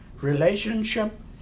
relationship